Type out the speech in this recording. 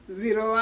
zero